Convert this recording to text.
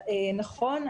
נכון,